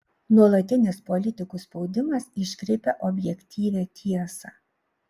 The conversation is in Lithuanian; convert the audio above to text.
nuolatinis politikų spaudimas iškreipia objektyvią tiesą